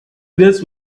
this